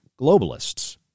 globalists